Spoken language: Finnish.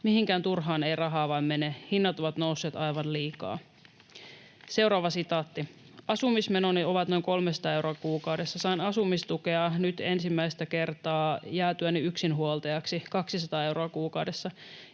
Mihinkään turhaan ei rahaa vaan mene. Hinnat ovat nousseet aivan liikaa.” ”Asumismenoni ovat noin 300 euroa kuukaudessa. Saan asumistukea nyt ensimmäistä kertaa jäätyäni yksinhuoltajaksi, 200 euroa kuukaudessa.